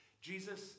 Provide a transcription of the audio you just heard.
Jesus